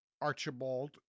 Archibald